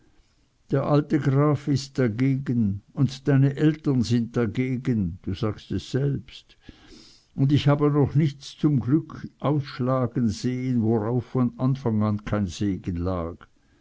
der alte graf ist dagegen und deine eltern sind dagegen du sagst es selbst und ich habe noch nichts zum glück ausschlagen sehen worauf von anfang an kein segen lag